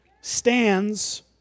stands